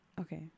Okay